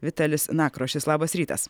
vitalis nakrošis labas rytas